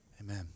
amen